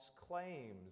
claims